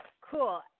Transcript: Cool